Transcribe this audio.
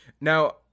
now